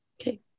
Okay